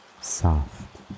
soft